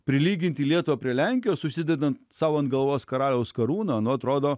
prilyginti lietuvą prie lenkijos užsidedant sau ant galvos karaliaus karūną nu atrodo